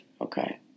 Okay